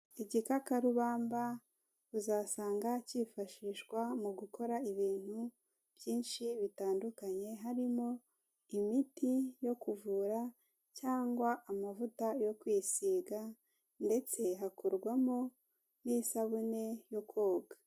Igikakarubamba uzasanga cyifashishwa mu gukora ibintu byinshi bitandukanye, harimo imiti yo kuvura cyangwa amavuta yo kwisiga ndetse hakorwamo n'isabune yo koga.